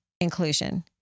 inclusion